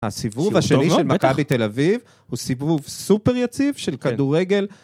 הסיבוב השני של מכבי תל אביב הוא סיבוב סופר יציב של כדורגל.